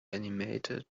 animated